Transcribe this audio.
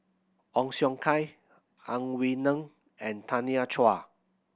Ong Siong Kai Ang Wei Neng and Tanya Chua